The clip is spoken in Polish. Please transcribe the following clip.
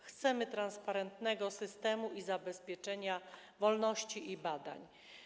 Chcemy transparentnego systemu i zabezpieczenia wolności i badań.